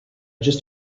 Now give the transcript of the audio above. just